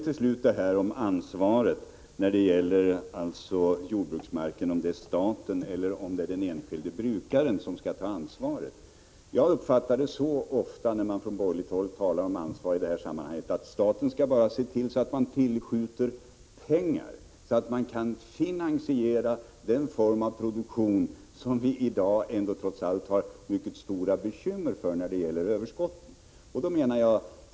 I fråga om ansvaret när det gäller jordbruksmarken, om det är staten eller den enskilde brukaren som skall ta detta ansvar, uppfattar jag det ofta så, när man från borgerligt håll talar om ansvar i detta sammanhang, att man menar att staten bara skall se till att tillskjuta pengar, så att man kan finansiera den form av produktion som i dag trots allt ger oss mycket stora bekymmer beträffande överskotten.